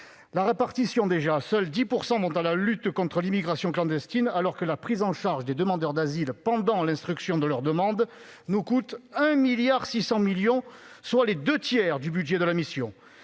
la répartition, seulement 10 % vont à la lutte contre l'immigration clandestine, alors que la prise en charge des demandeurs d'asile pendant l'instruction de leur demande nous coûte 1,6 milliard d'euros, soit les deux tiers du budget de la mission.